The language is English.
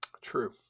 True